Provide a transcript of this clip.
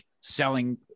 selling